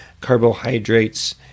carbohydrates